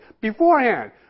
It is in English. beforehand